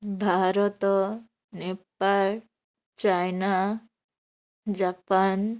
Bharat Nepal China Japan